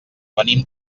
venim